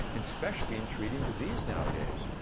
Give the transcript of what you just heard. and especially in treating disease nowadays.